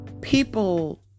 people